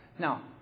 Now